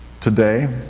Today